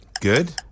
Good